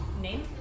Name